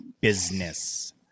business